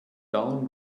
down